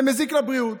זה מזיק לבריאות.